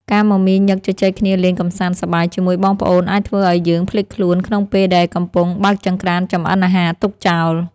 ការមមាញឹកជជែកគ្នាលេងកម្សាន្តសប្បាយជាមួយបងប្អូនអាចធ្វើឱ្យយើងភ្លេចខ្លួនក្នុងពេលដែលកំពុងបើកចង្ក្រានចម្អិនអាហារទុកចោល។